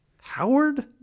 Howard